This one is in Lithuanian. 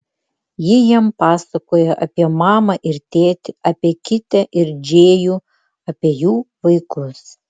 ji jam pasakoja apie mamą ir tėtį apie kitę ir džėjų apie jų vaikus